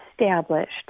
established